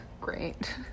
Great